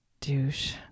douche